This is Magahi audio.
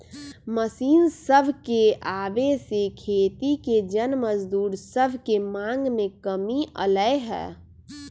मशीन सभके आबे से खेती के जन मजदूर सभके मांग में कमी अलै ह